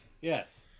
Yes